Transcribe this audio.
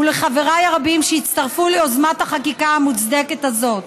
ולחבריי הרבים שהצטרפו ליוזמת החקיקה המוצדקת הזאת.